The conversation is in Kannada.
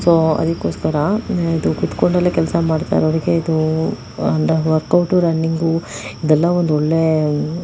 ಸೊ ಅದಕೋಸ್ಕರ ಇದು ಕೂತ್ಕೊಂಡಲ್ಲೇ ಕೆಲಸ ಮಾಡ್ತಾ ಇರೋರಿಗೆ ಇದು ವರ್ಕೌಟು ರನ್ನಿಂಗು ಇದೆಲ್ಲ ಒಂದೊಳ್ಳೆಯ